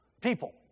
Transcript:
people